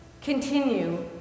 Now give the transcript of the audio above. Continue